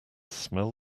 smell